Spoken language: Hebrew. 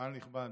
קהל נכבד,